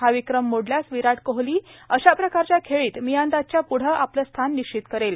हा विक्रम मोडल्यास विराट कोहली अशा प्रकारच्या खेळीत मियादादच्या पुढे आपलं स्थान निश्चित करेल